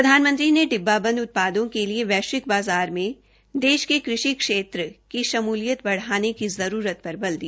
प्रधानमंत्री ने डिब्बा बंद उत्पादों के लिए वैश्विक बाज़ार में देश के कृषि क्षेत्र शम्लियत बढ़ाने की जरूतर पर बल दिया